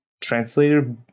translator